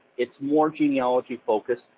it's more genealogy-focused,